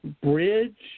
bridge